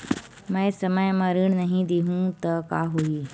मैं समय म ऋण नहीं देहु त का होही